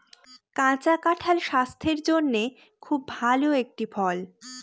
কাঁচা কাঁঠাল স্বাস্থের জন্যে খুব ভালো একটি ফল